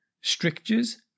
strictures